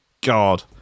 God